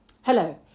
hello